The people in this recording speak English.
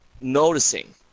noticing